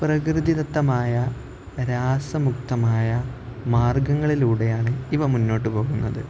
പ്രകൃതിദത്തമായ രാസമുക്തമായ മാർഗ്ഗങ്ങളിലൂടെയാണ് ഇവ മുന്നോട്ടുപോകുന്നത്